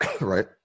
Right